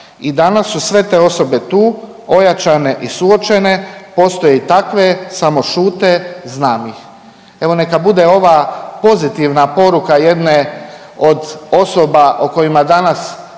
i danas će sve te osobe tu ojačane i suočene, postoje i takve samo šute, znam ih. Evo, neka bude ova pozitivna poruka jedne od osoba o kojima danas